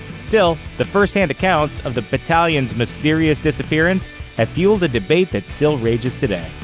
still, the firsthand accounts of the battalion's mysterious disappearance have fueled a debate that still rages today.